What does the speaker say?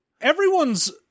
everyone's